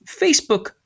Facebook